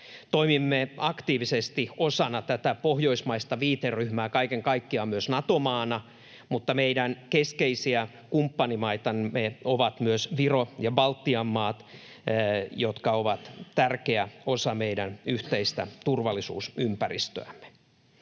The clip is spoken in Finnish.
Toimimme aktiivisesti osana tätä pohjoismaista viiteryhmää, kaiken kaikkiaan myös Nato-maana, mutta meidän keskeisiä kumppanimaitamme ovat myös Viro ja Baltian maat, jotka ovat tärkeä osa meidän yhteistä turvallisuusympäristöämme.